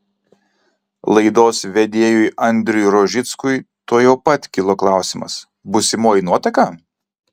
laidos vedėjui andriui rožickui tuojau pat kilo klausimas būsimoji nuotaka